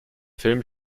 film